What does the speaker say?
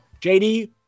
JD